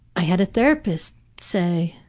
i had a therapist say,